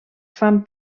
fan